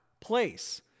place